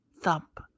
thump